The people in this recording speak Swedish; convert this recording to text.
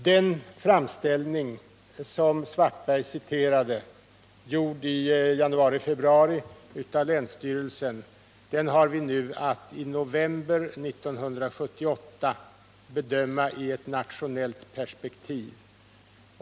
Den framställning som herr Svartberg citerade och som gjordes i januari/ februari av länsstyrelsen har vi nu att i november 1978 bedöma i ett nationellt perspektiv.